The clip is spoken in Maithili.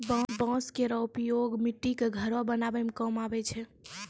बांस केरो उपयोग मट्टी क घरो बनावै म काम आवै छै